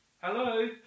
Hello